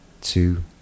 two